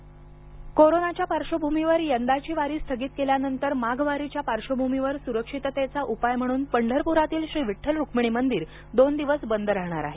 माघ वारी कोरोनाच्या पार्श्वभूमीवर यंदाची वारी स्थगित केल्यानंतर माघ वारीच्या पार्श्वभूमीवर सुरक्षिततेचा उपाय म्हणून पंढरपु्रातील श्री विठ्ठल रूक्मिणी मंदिर दोन दिवस बंद राहाणार आहे